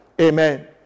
Amen